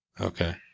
Okay